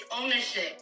ownership